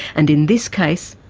and in this case,